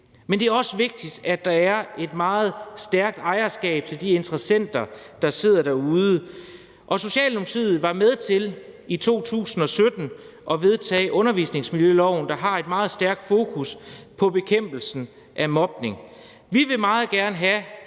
men det er også vigtigt, at der er et meget stærkt ejerskab hos de interessenter, der sidder derude. Socialdemokratiet var med til i 2017 at vedtage undervisningsmiljøloven, der har et meget stærkt fokus på bekæmpelsen af mobning. Vi vil meget gerne have,